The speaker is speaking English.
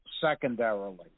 secondarily